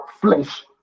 flesh